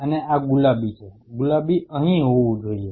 અને આ ગુલાબી છે ગુલાબી અહીં હોવું જોઈએ